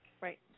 Right